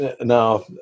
now